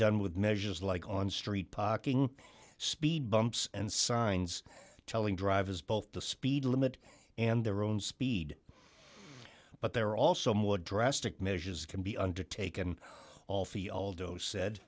done with measures like on street parking speed bumps and signs telling drivers both the speed limit and their own speed but there are also more drastic measures can be undertaken all field zero said